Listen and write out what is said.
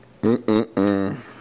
Mm-mm-mm